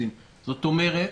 זאת אומרת,